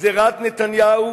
גזירת נתניהו